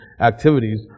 activities